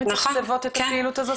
שמתקצבות את הפעילות הזאת?